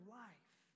life